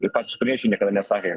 ir patys ukrainiečiai niekada nesakė